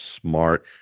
smart